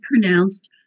pronounced